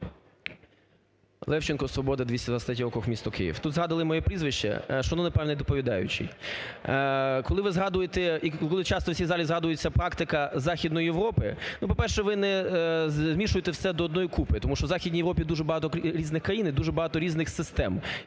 Левченко, "Свобода", 223-й округ, місто Київ. Тут згадували моє прізвище. Шановний пане доповідаючий, коли ви згадуєте і коли часто в цій залі згадується практика Західної Європи, по-перше, ви не змішуйте все до однієї купи, тому що в Західній Європі дуже багато різних країн і дуже багато різних систем,